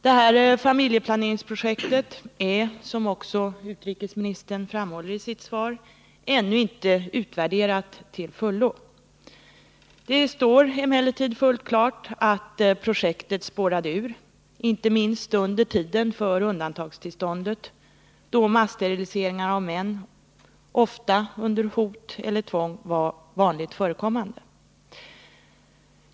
Detta familjeplaneringsprojekt är, som också utrikesministern säger i sitt svar, ännu inte utvärderat till fullo. Det står emellertid fullt klart att projektet spårade ur inte minst under tiden för undantagstillståndet, då massteriliseringar av män — ofta under hot eller tvång — var vanligt förekommande.